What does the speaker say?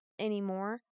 anymore